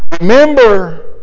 remember